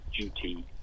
duty